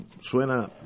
suena